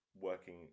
working